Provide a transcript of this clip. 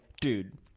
dude